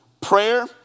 Prayer